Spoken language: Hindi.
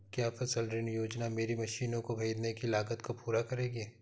क्या फसल ऋण योजना मेरी मशीनों को ख़रीदने की लागत को पूरा करेगी?